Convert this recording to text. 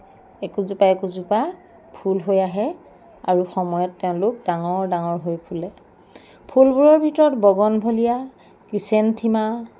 একোজোপা একোজোপা ফুল হৈ আহে আৰু সময়ত তেওঁলোক ডাঙৰ ডাঙৰ হৈ ফুলে ফুলবোৰৰ ভিতৰত বগন ভিলিয়া কিচেন থিমা